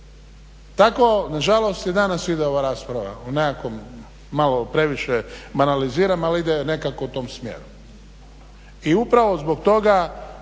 Tako na žalost i danas ide ova rasprava o nekakvom malo previše banaliziram ali ide nekako u tom smjeru. I upravo zbog toga